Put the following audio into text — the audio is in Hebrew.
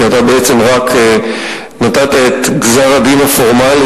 כי אתה בעצם רק נתת את גזר-הדין הפורמלי